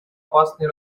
опасный